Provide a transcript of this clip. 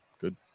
good